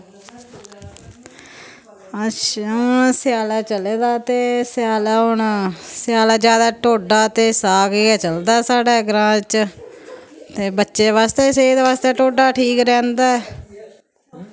अच्छा स्याला चला दा ते स्याला हून स्यालै जैदा टोड्डा ते साग गै चलदा साढ़े ग्रांऽ च ते बच्चे वास्तै बी सेह्त वास्तै टोड्डा ठीक रैहंदा ऐ